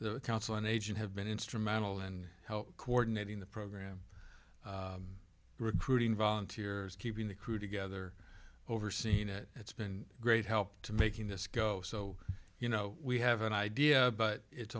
the council on aging have been instrumental and help coordinate in the program recruiting volunteers keeping the crew together overseen it it's been a great help to making this go so you know we have an idea but it's